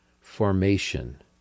formation